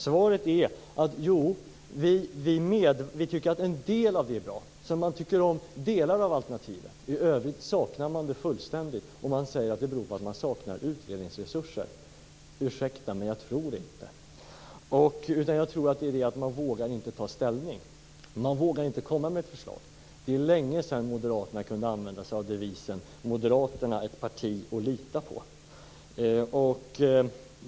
Svaret är: Jo, vi tycker att en del är bra. Man tycker alltså om delar av alternativet. I övrigt saknar man fullständigt alternativ, och man säger att det beror på att man saknar utredningsresurser. Ursäkta, men jag tror det inte. Jag tror att det här beror på att man inte vågar ta ställning. Man vågar inte komma med ett förslag. Det är länge sedan moderaterna kunde använda sig av devisen "Moderaterna - ett parti att lita på".